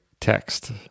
text